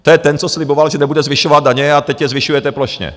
To je ten, co sliboval, že nebude zvyšovat daně, a teď je zvyšujete plošně.